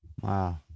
Wow